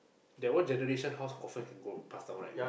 that one generation house confirm can go pass down right